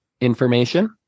information